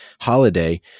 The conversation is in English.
holiday